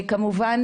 לשוויון,